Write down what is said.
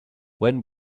when